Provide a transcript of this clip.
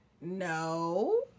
No